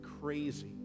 crazy